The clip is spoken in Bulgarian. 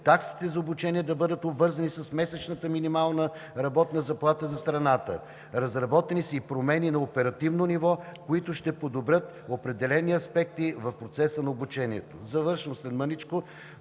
таксите за обучение да бъдат обвързани с месечната минимална работна заплата за страната; разработени са и промени на оперативно ниво, които ще подобрят определени аспекти в процеса на обучението. (Председателят